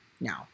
Now